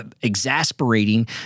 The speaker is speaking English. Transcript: exasperating